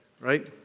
Right